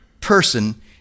person